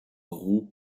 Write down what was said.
roue